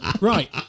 Right